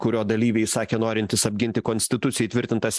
kurio dalyviai sakė norintys apginti konstitucijoj įtvirtintas